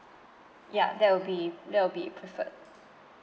ya that will be that will be preferred